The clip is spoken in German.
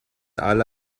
alle